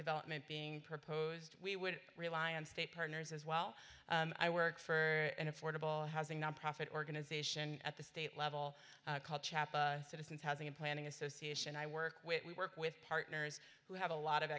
development being proposed we would rely on state partners as well i work for an affordable housing nonprofit organization at the state level called chapter citizens housing and planning association i work with we work with partners who have a lot of